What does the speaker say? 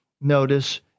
notice